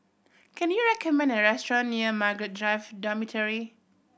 can you recommend a restaurant near Margaret Drive Dormitory